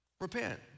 Repent